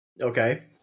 Okay